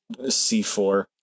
C4